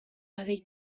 avec